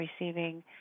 receiving